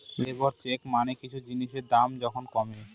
labour check মানে কিছু জিনিসের দাম যখন কমে